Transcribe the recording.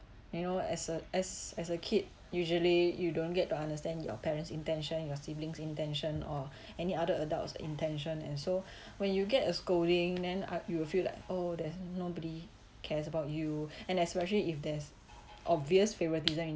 you know as a as as a kid usually you don't get to understand your parents' intention your siblings' intention or any other adults intention and so when you get a scolding then ah you will feel like oh there's nobody cares about you and especially if there's obvious favoritism in